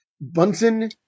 Bunsen